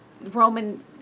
Roman